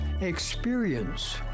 experience